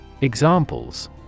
Examples